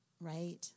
right